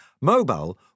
mobile